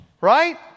right